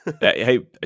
Hey